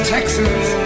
Texas